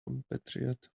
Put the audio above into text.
compatriot